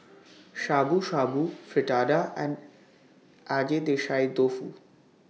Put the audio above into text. Shabu Shabu Fritada and Agedashi Dofu